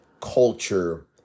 culture